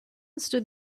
stood